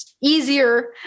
easier